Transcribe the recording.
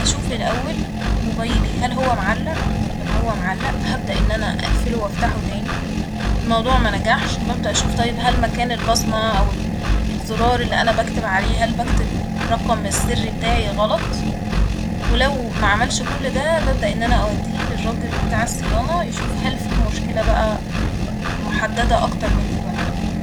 هشوف الأول موبايلي هل هو معلق لو هو معلق هبدأ إن أنا اقفله وأفتحه تاني ، الموضوع منجحش ببدأ أشوف طيب هل مكان البصمة أو ال- الزرار اللي أنا بكتب عليه هل بكتب الرقم السري بتاعي غلط ولو معملش كل ده ببدأ إن أنا أوديه للراجل بتاع الصيانة يشوف هل في مشكلة بقى محددة أكتر من دي ولا لأ